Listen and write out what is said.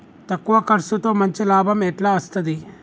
తక్కువ కర్సుతో మంచి లాభం ఎట్ల అస్తది?